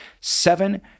seven